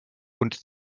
und